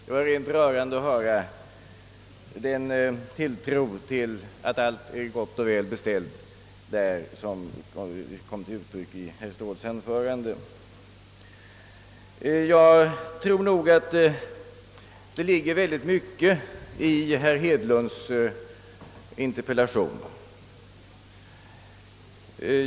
Det var rent rörande att höra den tro på att allt är gott och väl beställt inom statsförvaltningen, som kom till uttryck i herr Ståhls anförande. Det ligger mycket i herr Hedlunds interpellation.